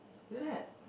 look at